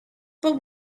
but